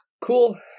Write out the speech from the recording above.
Cool